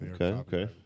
Okay